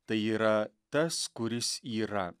tai yra tas kuris yra